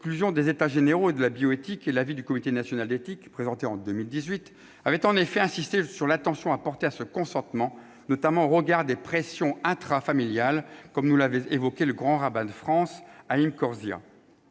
des États généraux de la bioéthique et l'avis du Comité consultatif national d'éthique, présentés en 2018, avaient en effet insisté sur l'attention à porter à ce consentement, notamment au regard des pressions intrafamiliales, évoquées devant nous par le grand rabbin de France, Haïm Korsia.